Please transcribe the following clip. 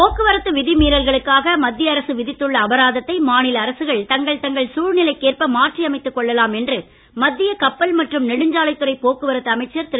போக்குவரத்து விதிமீறல்களுக்காக மத்திய அரசு விதித்துள்ள அபராதத்தை மாநில அரசுகள் தங்கள் தங்கள் சூழ்நிலைக்கேற்ப மாற்றியமைத்துக் கொள்ளலாம் என்று மத்திய கப்பல் மற்றும் நெடுஞ்சாலைத்துறை போக்குவரத்து அமைச்சர் திரு